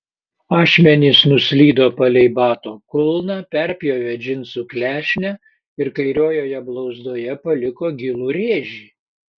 ašmenys nuslydo palei bato kulną perpjovė džinsų klešnę ir kairiojoje blauzdoje paliko gilų rėžį